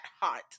hot